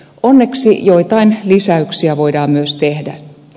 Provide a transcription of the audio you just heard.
onneksi joitain lisäyksiä voidaan myös tehdä